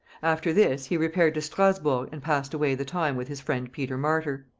after this, he repaired to strasburgh and passed away the time with his friend peter martyr.